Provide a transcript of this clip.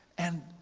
and